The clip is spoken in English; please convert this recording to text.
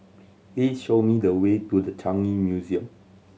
please show me the way to The Changi Museum